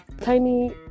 tiny